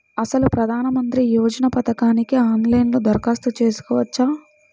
అసలు ప్రధాన మంత్రి యోజన పథకానికి ఆన్లైన్లో దరఖాస్తు చేసుకోవచ్చా?